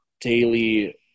daily